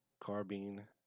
carbine